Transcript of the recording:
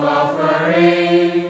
offering